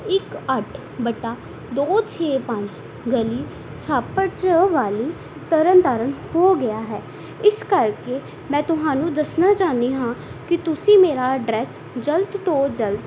ਇੱਕ ਅੱਠ ਵਟਾ ਦੋ ਛੇ ਪੰਜ ਗਲੀ ਛਾਪੜ ਚ ਵਾਲੀ ਤਰਨਤਾਰਨ ਹੋ ਗਿਆ ਹੈ ਇਸ ਕਰਕੇ ਮੈਂ ਤੁਹਾਨੂੰ ਦੱਸਣਾ ਚਾਹੁੰਦੀ ਹਾਂ ਕੇ ਤੁਸੀਂ ਮੇਰਾ ਅਡਰੈਸ ਜਲਦ ਤੋਂ ਜਲਦ